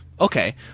Okay